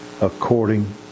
according